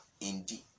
indeed